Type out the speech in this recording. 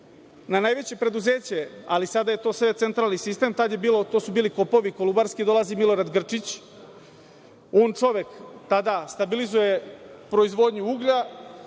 Na najveće preduzeće, ali sada je to sve centralni sistem, to su bili Kopovi kolubarski, dolazi Milorad Grčić, on tada stabilizuje proizvodnju uglja,